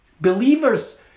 Believers